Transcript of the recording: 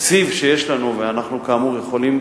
התקציב שיש לנו, וכאמור אנחנו יכולים